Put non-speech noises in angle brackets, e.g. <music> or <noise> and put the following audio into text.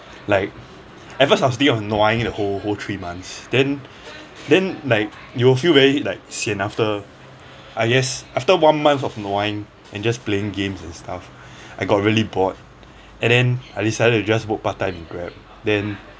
like at first I was on nuaing the whole whole three months then <breath> then like you will feel very like [sian] after I guess after one month of nuaing and just playing games and stuff <breath> I got really bored <breath> and then I decided to just work part time in grab then